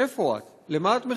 איפה את, למה את מחכה?